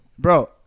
Bro